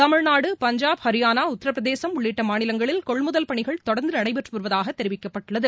தமிழ்நாடு பஞ்சாப் ஹரியானா உத்திரப்பிரதேசம் உள்ளிட்ட மாநிலங்களில் கொள்முதல் பணிகள் தொடர்ந்து நடைபெற்று வருவதாக தெரிவிக்கப்பட்டுள்ளது